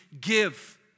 give